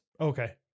Okay